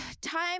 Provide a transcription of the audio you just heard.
Time